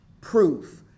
proof